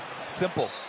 simple